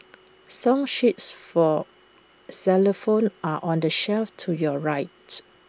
song sheets for xylophones are on the shelf to your right